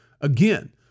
Again